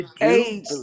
age